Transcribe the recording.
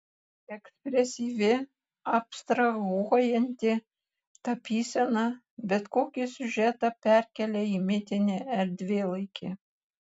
ekspresyvi abstrahuojanti tapysena bet kokį siužetą perkelia į mitinį erdvėlaikį